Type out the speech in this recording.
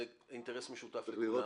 זה אינטרס משותף לכולנו.